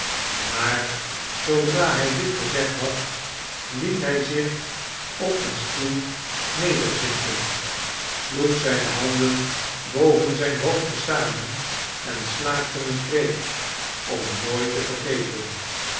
maar zoodra hij dit gezegd had het hij zich op een stoel nederzinken sloeg zijne handen boven zijn hoofd te zamen en slaakte een kreet om nooit te vergeten